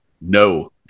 no